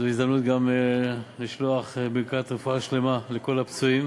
זו הזדמנות גם לשלוח ברכת רפואה שלמה לכל הפצועים